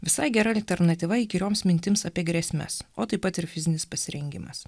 visai gera alternatyva įkyrioms mintims apie grėsmes o taip pat ir fizinis pasirengimas